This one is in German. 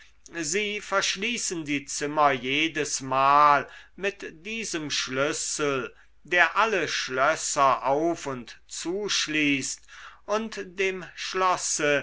sie verschließen die zimmer jedesmal mit diesem schlüssel der alle schlösser auf und zuschließt und dem schlosse